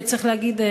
צריך להגיד,